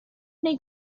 neu